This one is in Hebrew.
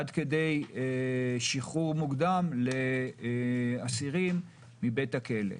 עד כדי שחרור מוקדם, לאסירים מבית הכלא.